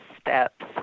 steps